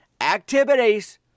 activities